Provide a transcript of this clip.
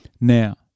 Now